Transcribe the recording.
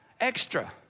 extra